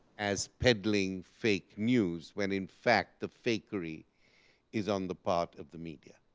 as peddling fake news, when in fact the fakery is on the part of the media.